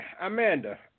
Amanda